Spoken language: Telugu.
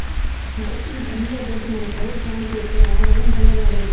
మరి ఈ పన్నులతోటి మన ప్రభుత్వనికి వచ్చే ఆదాయం పన్ను రాబడి